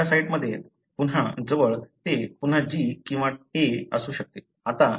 दुसऱ्या साइटमध्ये पुन्हा जवळ ते पुन्हा G किंवा A असू शकते